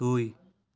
ଦୁଇ